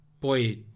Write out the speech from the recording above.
boy